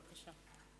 בבקשה.